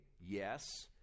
yes